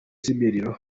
z’imiriro